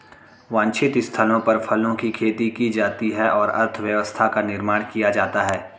वांछित स्थलों पर फलों की खेती की जाती है और अर्थव्यवस्था का निर्माण किया जाता है